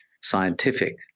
scientific